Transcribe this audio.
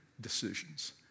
decisions